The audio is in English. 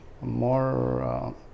more